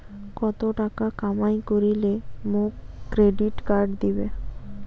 কত টাকা কামাই করিলে মোক ক্রেডিট কার্ড দিবে?